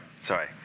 sorry